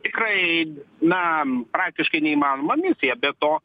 tikrai na praktiškai neįmanoma misija be to